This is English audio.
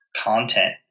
content